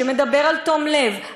שמדבר על תום לב,